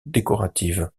décoratives